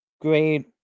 great